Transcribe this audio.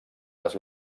les